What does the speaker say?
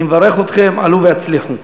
אני מברך אתכן, עלו והצליחו.